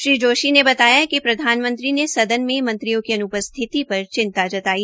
श्री जोशी ने बतायाकि प्रधानमंत्री ने सदन में मंत्रियों की अन्पस्थिति पर चिंता जताई